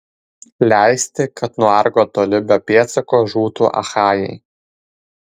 leisti kad nuo argo toli be pėdsako žūtų achajai